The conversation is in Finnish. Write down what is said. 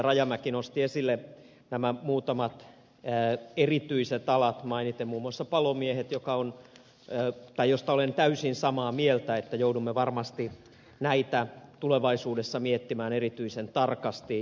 rajamäki nosti esille nämä muutamat erityiset alat mainiten muun muassa palomiehet joista olen täysin samaa mieltä että joudumme varmasti näitä tulevaisuudessa miettimään erityisen tarkasti